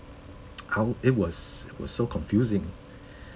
how it was it was so confusing